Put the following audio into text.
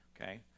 Okay